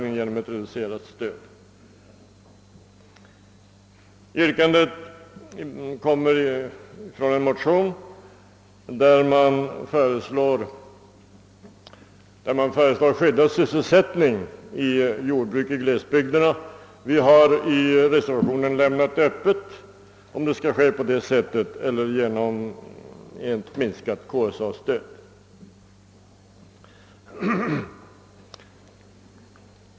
Detta yrkande har framställts på grund av en motion i vilken man föreslår skyddad sysselsättning i jordbruk i glesbygderna. Vi har i reservationen lämnat frågan öppen om det skall ske på det sättet eller genom ett minskat KSA-stöd.